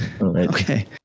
Okay